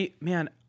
man